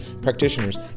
practitioners